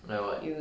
use